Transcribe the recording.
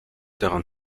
daran